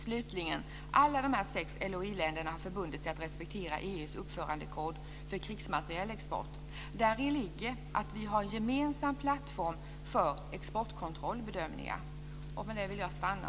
Slutligen vill jag säga att alla de här sex LOI länderna har förbundit sig att respektera EU:s uppförandekod för krigsmaterielexport. Däri ligger att vi har en gemensam plattform för exportkontrollbedömningar. Med det vill jag stanna.